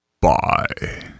Bye